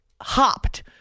hopped